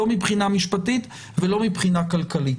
לא מבחינה משפטית ולא מבחינה כלכלית.